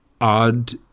odd